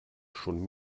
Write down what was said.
schon